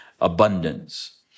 abundance